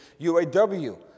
UAW